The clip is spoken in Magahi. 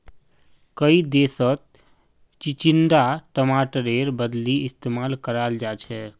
कई देशत चिचिण्डा टमाटरेर बदली इस्तेमाल कराल जाछेक